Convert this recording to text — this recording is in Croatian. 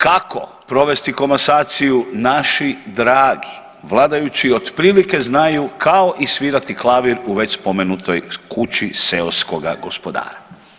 Kako provesti komasaciju naši dragi vladajući otprilike znaju kao i svirati klavir u već spomenutoj kući seoskoga gospodara.